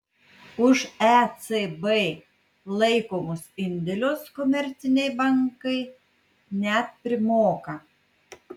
už ecb laikomus indėlius komerciniai bankai net primoka